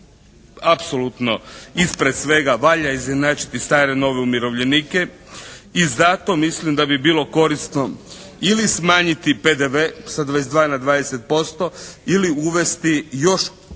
apsolutno ispred svega, valja izjednačiti stare, nove umirovljenike. I zato mislim da bi bilo korisno ili smanjiti PDV sa 22 na 20% ili uvesti još